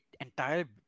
entire